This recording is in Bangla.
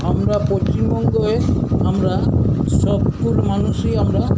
আমরা পশ্চিমবঙ্গে আমরা সব কুল মানুষই আমরা